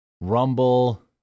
Rumble